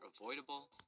avoidable